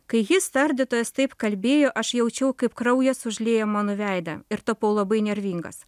kai jis tardytojas taip kalbėjo aš jaučiau kaip kraujas užliejo man veidą ir tapau labai nervingas